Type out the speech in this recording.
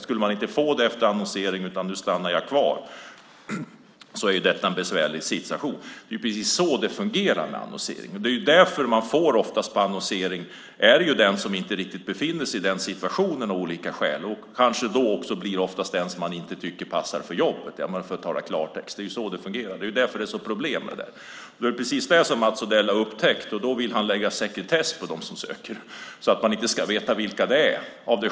Skulle man inte få tjänsten efter annonsering, utan stanna kvar, är det en besvärlig sits. Det är precis så det fungerar med annonsering. Då får man oftast den sökande som av olika skäl inte riktigt befinner sig i den situationen och som man inte tycker passar för jobbet - för att tala i klartext. Det är så det fungerar, och därför blir det problem. Det har Mats Odell upptäckt. Därför vill han lägga sekretess på dem som söker så att man inte ska veta vilka de är.